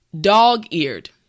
Dog-eared